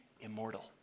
immortal